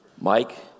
Mike